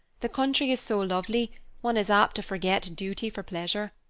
the country is so lovely one is apt to forget duty for pleasure.